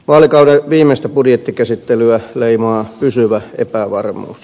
vaalikauden viimeistä budjettikäsittelyä leimaa pysyvä epävarmuus